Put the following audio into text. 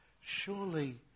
surely